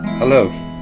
Hello